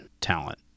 talent